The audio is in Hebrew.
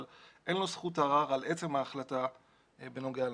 אבל אין לו זכות ערר על עצם ההחלטה בנוגע למועדים.